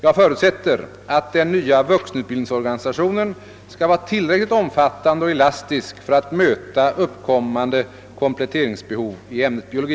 Jag förutsätter att den nya vuxenutbildningsorganisationen skall vara tillräckligt omfattande och elastisk för att möta uppkommande kompletteringsbehov i ämnet biologi.